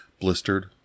blistered